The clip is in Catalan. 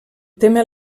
tema